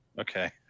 Okay